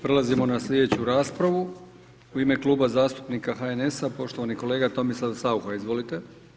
Prelazimo na slijedeću raspravu u ime Kluba zastupnika HNS-a poštovani kolega Tomislav Saucha, izvolite.